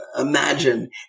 imagine